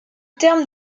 terme